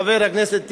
חבר הכנסת טיבי,